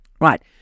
Right